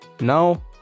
Now